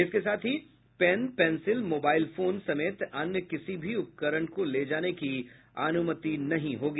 इसके साथ ही पेन पेंसिल मोबाइल फोन समेत अन्य किसी भी उपकरण को ले जाने की अनुमति नहीं होगी